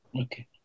Okay